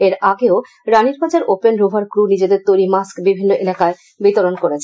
এর আগেও Ranirbazar open rover crew নিজেদের তৈরি মাস্ক বিভিন্ন এলাকায় বিতরণ করেছেন